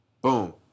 boom